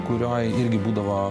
kurioj irgi būdavo